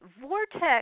vortex